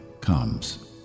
comes